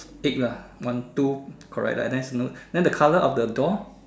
eight lah one two correct let's note and then the color of the door